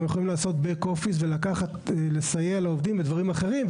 הם יכולים לעשות בק אופיס ולסייע לעובדים בדברים אחרים,